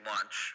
Lunch